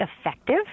effective